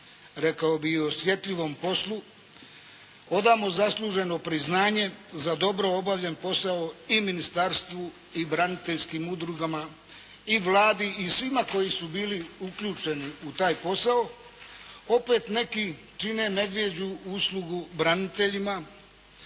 rekao bih i osjetljivom poslu odamo zasluženo priznanje za dobro obavljen posao i ministarstvu i braniteljskim udrugama i Vladi i svima koji su bili uključeni u taj posao opet neki čine medvjeđu uslugu braniteljima.